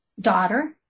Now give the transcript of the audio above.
daughter